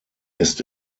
ist